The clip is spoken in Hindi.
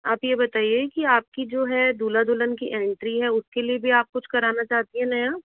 आप यह बताइए कि आपकी जो है दूल्हा दुल्हन की एंट्री है उसके लिए भी आप कुछ कराना चाहती हैं नया